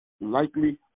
likely